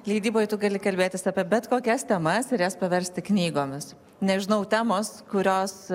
leidyboje tu gali kalbėtis apie bet kokias temas ir jas paversti knygomis nežinau temos kurios